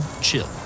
chill